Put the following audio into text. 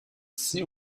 see